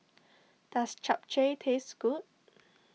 does Chap Chai taste good